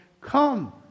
Come